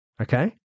Okay